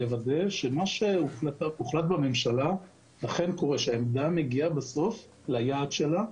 לוודא שמה שהוחלט בממשלה אכן קורה: שהערכה מגיעה בסוף ליעד שלה.